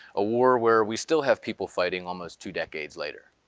a war where we still have people fighting almost two decades later.